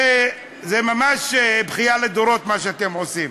זו ממש בכייה לדורות, מה שאתם עושים.